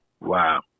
Wow